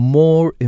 more